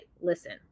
listen